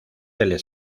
del